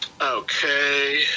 Okay